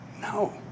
No